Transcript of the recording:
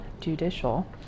Judicial